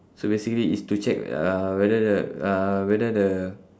so basically it's to check uh whether the uh whether the